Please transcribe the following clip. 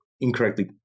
incorrectly